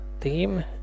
theme